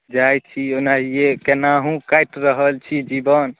जाइत छी ओनाहिए केनाहुँ काटि रहल छी जीबन